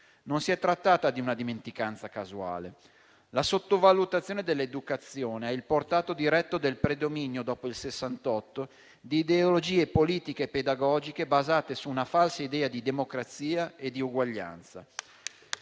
Non si è trattato di una dimenticanza casuale: la sottovalutazione dell'educazione è il portato diretto del predominio, dopo il Sessantotto, di ideologie politiche pedagogiche basate su una falsa idea di democrazia e di uguaglianza.